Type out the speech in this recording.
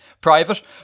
private